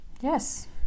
yes